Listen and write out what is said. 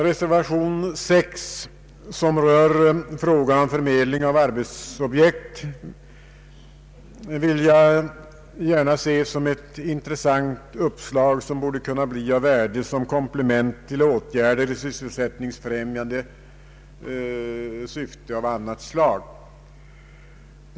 Reservation 6 som rör frågan om förmedling av arbetsobjekt ser jag som ett intressant uppslag som borde kunna bli av värde som komplement till åtgärder av annat slag i sysselsättningsfrämjande syfte.